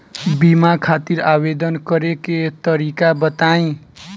बीमा खातिर आवेदन करे के तरीका बताई?